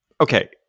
Okay